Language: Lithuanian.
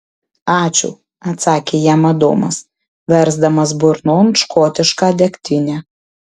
ačiū atsakė jam adomas versdamas burnon škotišką degtinę